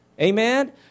Amen